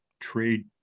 trade